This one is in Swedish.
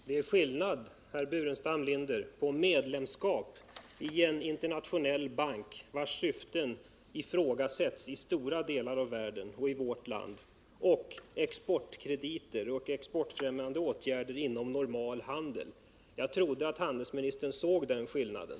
Herr talman! Det är, herr Burenstam Linder, skillnad på medlemskap i en internationell bank, vars syften ifrågasätts i stora delar av världen och i vårt land, och exportkrediter och exportfrämjande åtgärder inom normal handel. Jag trodde att handelsministern såg den skillnaden.